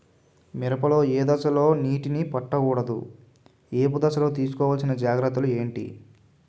మిరప లో ఏ దశలో నీటినీ పట్టకూడదు? ఏపు దశలో తీసుకోవాల్సిన జాగ్రత్తలు ఏంటి?